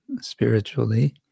spiritually